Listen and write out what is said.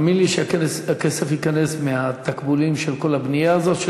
האמן לי שהכסף ייכנס מהתקבולים של כל הבנייה הזאת,